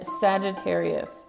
Sagittarius